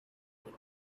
but